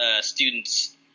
students